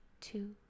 two